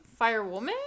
firewoman